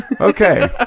Okay